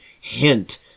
hint